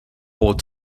wall